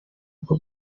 bwo